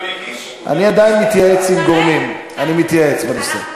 הוא גם הגיש, אני עדיין מתייעץ עם גורמים.